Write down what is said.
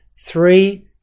three